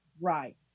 Right